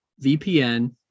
VPN